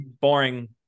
Boring